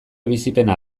bizipena